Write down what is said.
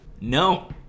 No